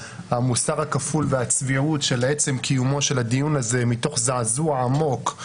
המוסר הכפול והצביעות של עצם קיומו של הדיון הזה מתוך זעזוע עמוק,